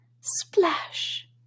splash